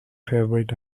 favorite